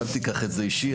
אל תיקח את זה אישי.